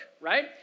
right